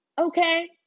Okay